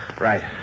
Right